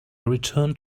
returned